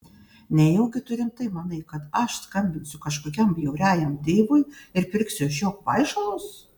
nejaugi tu rimtai manai kad aš skambinsiu kažkokiam bjauriajam deivui ir pirksiu iš jo kvaišalus